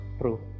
true